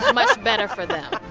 but much better for them